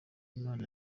imana